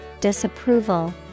disapproval